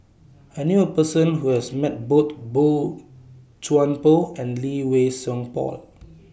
I knew A Person Who has Met Both Boey Chuan Poh and Lee Wei Song Paul